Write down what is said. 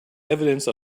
evidence